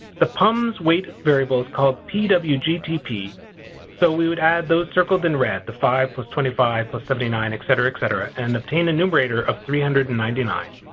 the pums weight variable is called pwgtp. so we would add those circled in red, the five plus twenty five plus seventy nine, et cetera, et cetera, and obtain a numerator of three hundred and ninety nine.